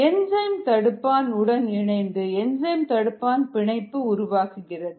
enzyme தடுப்பான் உடன் இணைந்து என்சைம் தடுப்பான் பிணைப்பு உருவாக்குகிறது